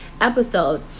episode